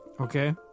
Okay